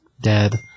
dead